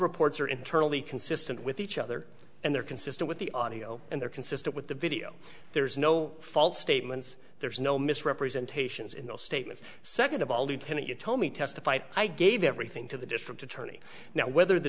reports are internally consistent with each other and they're consistent with the audio and they're consistent with the video there's no false statements there's no misrepresentations in those statements second of all the penny you told me testified i gave everything to the district attorney now whether the